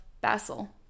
Basel